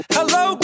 Hello